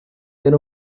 era